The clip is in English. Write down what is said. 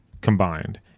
combined